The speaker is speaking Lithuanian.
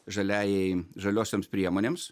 žaliajai žaliosioms priemonėms